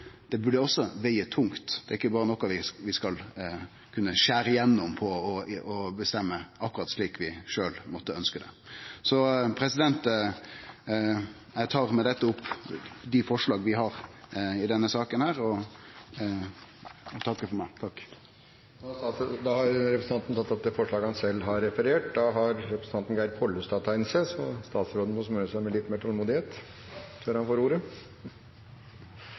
også burde vege tungt. Det er ikkje noko vi berre skal skjere igjennom på og bestemme akkurat slik vi sjølve måtte ønskje det. Eg tar med dette opp det forslaget vi har i denne saka, og takkar for meg. Da har representanten Torgeir Knag Fylkesnes tatt opp det forslaget han refererte til. Jeg tar bare ordet kort for å varsle det som framgår av innstillingen: Senterpartiet slutter seg